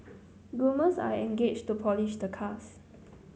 groomers are engaged to polish the cars